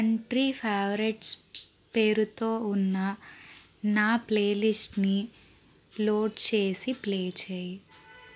country favourites పేరుతో ఉన్న నా ప్లేలిస్ట్ని లోడ్ చేసి ప్లే చేయి